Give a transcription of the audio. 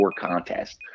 contest